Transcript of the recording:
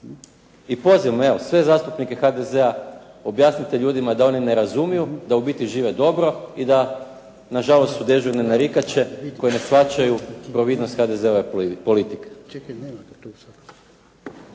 I pozivam evo sve zastupnike HDZ-a objasnite ljudima da oni ne razumiju da u biti žive dobro i da nažalost su dežurne narikače koje ne shvaćaju providnost HDZ-ove politike.